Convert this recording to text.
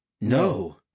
No